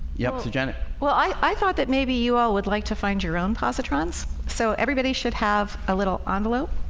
yep. so janet, well, i i thought that maybe you all would like to find your own positrons so everybody should have a little envelope.